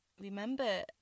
Remember